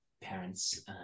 parents